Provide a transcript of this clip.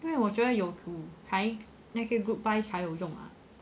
因为我觉得有煮那个 group buy 才有用 ah